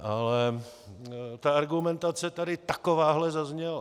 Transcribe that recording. Ale ta argumentace tady takováhle zazněla.